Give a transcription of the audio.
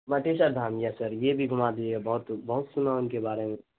مٹیسر دھام yes sir یہ بھی گھما دیجیے گا بہت بہت سنا ہوں ان کے بارے میں